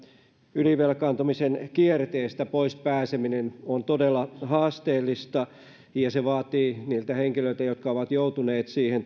ylivelkaantumisen kierteestä pois pääseminen on todella haasteellista ja se vaatii niiltä henkilöiltä tai yrityksiltä jotka ovat joutuneet siihen